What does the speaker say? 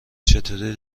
چطوری